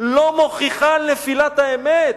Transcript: לא מוכיחה את נפילת האמת.